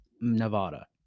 Nevada